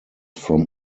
from